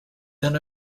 then